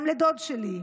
גם לדוד שלי,